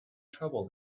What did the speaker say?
trouble